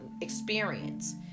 experience